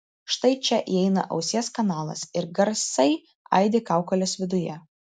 štai čia įeina ausies kanalas ir garsai aidi kaukolės viduje